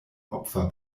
opfer